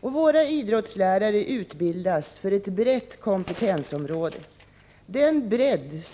Våra idrottslärare utbildas för ett brett kompetensområde. Den bred?